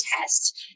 test